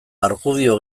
argudio